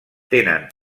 tenen